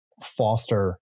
foster